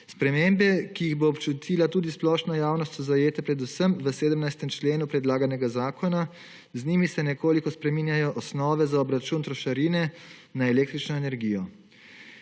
Spremembe, ki jih bo občutila tudi splošna javnost so zajete predvsem v 17. členu predlaganega zakona, z njimi se nekoliko spreminjajo osnove za obračun trošarine na električno energijo.